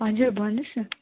हजुर भन्नुहोस् न